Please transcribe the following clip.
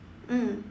mm